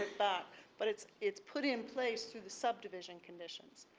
that but it's it's put in place through the subdivision condition,